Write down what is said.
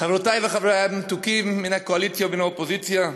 חברותי וחברי המתוקים מן הקואליציה ומן האופוזיציה,